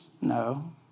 No